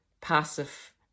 passive